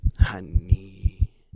honey